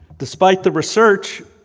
despite the research,